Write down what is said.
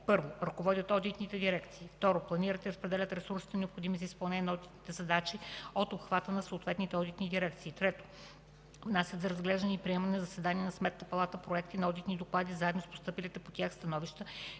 1. ръководят одитни дирекции; 2. планират и разпределят ресурсите, необходими за изпълнение на одитните задачи от обхвата на съответните одитни дирекции; 3. внасят за разглеждане и приемане на заседание на Сметната палата проекти на одитни доклади заедно с постъпилите по тях становища,